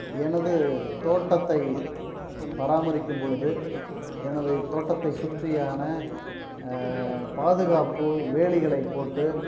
எனது தோட்டத்தை பராமரிக்கும் பொழுது எனது தோட்டத்தை சுற்றியான பாதுகாப்பு வேலிகளை போட்டு